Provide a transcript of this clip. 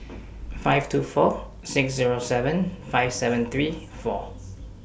five two four six Zero seven five seven three four